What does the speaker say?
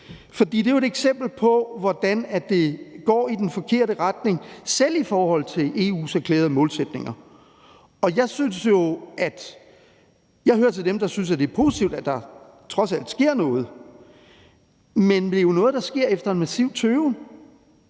det er jo et eksempel på, hvordan det går i den forkerte retning, selv i forhold til EU's erklærede målsætninger. Og jeg hører til dem, der synes, at det er positivt, at der trods alt sker noget, men det er jo noget, der sker efter en massiv tøven,